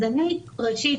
ראשית,